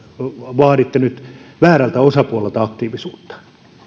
vaaditte nyt väärältä osapuolelta aktiivisuutta